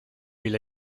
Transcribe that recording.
ile